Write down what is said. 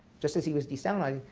just as he was de-stalinizing,